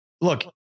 look